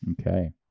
Okay